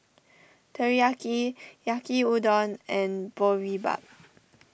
Teriyaki Yaki Yaki Udon and Boribap